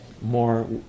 more